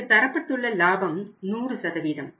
இங்கு தரப்பட்டுள்ள லாபம் 100